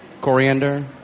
coriander